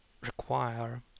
require